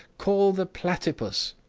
call the platypus!